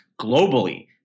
globally